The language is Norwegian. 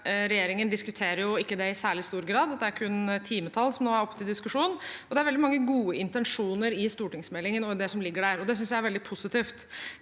regjeringen ikke diskuterer det i særlig stor grad, det er kun timetall som nå er oppe til diskusjon. Det er veldig mange gode intensjoner i stortingsmeldingen og i det som ligger der, og det synes jeg er veldig positivt.